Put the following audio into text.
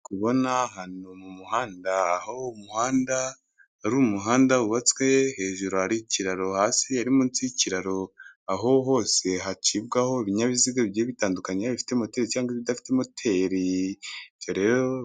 Ndi kubona ahantu mu muhanda, aho umuhanda, ari umuhanda wubatswe, hejuru hari ikiraro, hasi ari munsi y'ikiraro, aho hose hacibwaho ibinyabiziga bigiye bitandukanye, bifite moteri cyangwa ibidafite moteri.